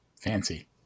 fancy